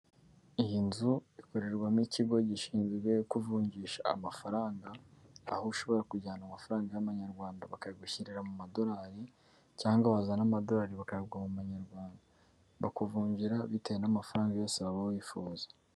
Iyi nzu ikorerwamo ikigo gishinzwe kuvunjisha amafaranga, aho ushobora kujyana amafaranga y'amanyarwanda bakayagushyirira mu madolari cyangwa wazana amadolari bakayaguha mu manyarwanda bakuvunjira bitewe n'amafaranga yose waba wifuza.